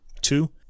two